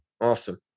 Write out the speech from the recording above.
awesome